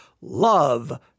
love